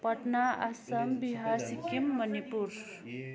Patna Assam Bihar Sikkim Manipur